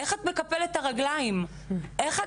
איך את מקפלת את הרגלים ככה?